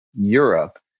europe